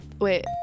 Wait